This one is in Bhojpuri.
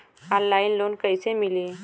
ऑनलाइन लोन कइसे मिली?